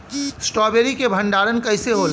Strawberry के भंडारन कइसे होला?